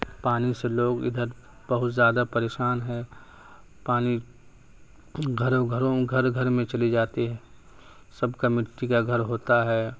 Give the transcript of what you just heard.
پانی سے لوگ ادھر بہت زیادہ پریشان ہیں پانی گھروں گھروں گھر گھر میں چلی جاتی ہے سب کا مٹی کا گھر ہوتا ہے